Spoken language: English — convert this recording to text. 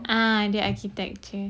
ah dia architecture